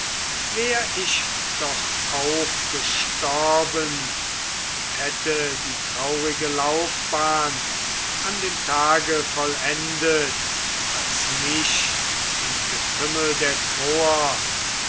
wär ich doch auch gestorben und hätte die traurige laufbahn an dem tage vollendet als mich im getümmel der